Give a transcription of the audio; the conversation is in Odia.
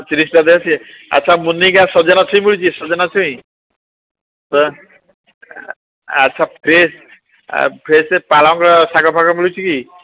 ତିରିଶ ଟଙ୍କା ଅଛି ଆଚ୍ଛା ମୁନିଗା ସଜନା ଛୁଇଁ ମିଳୁଛି ସଜନା ଛୁଇଁ ଆଚ୍ଛା ଫ୍ରେଶ୍ ଆଉ ଫ୍ରେଶ୍ ପାଳଙ୍ଗ ଶାଗ ଫାଗ ମିଳୁଛି କି